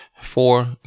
Four